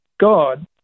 God